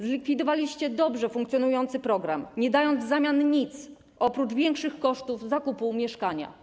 Zlikwidowaliście dobrze funkcjonujący program, nie dając w zamian nic oprócz większych kosztów zakupu mieszkania.